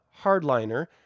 hardliner